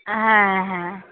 হ্যাঁ হ্যাঁ